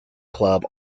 club